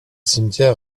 cimetière